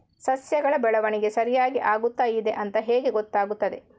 ಸಸ್ಯಗಳ ಬೆಳವಣಿಗೆ ಸರಿಯಾಗಿ ಆಗುತ್ತಾ ಇದೆ ಅಂತ ಹೇಗೆ ಗೊತ್ತಾಗುತ್ತದೆ?